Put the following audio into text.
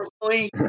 Personally